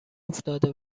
افتاده